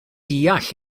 deall